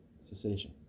cessation